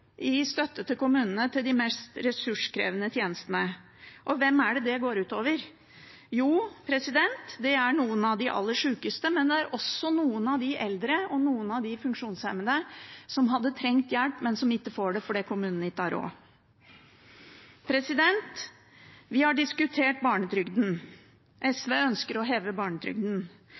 i støtte til kommunene til de mest ressurskrevende tjenestene. Og hvem er det det går ut over? Jo, det er noen av de aller sykeste, men det er også noen av de eldre og noen av de funksjonshemmede som hadde trengt hjelp, men som ikke får det fordi kommunene ikke har råd. Vi har diskutert barnetrygden. SV ønsker å heve barnetrygden.